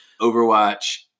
Overwatch